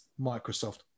Microsoft